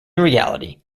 reality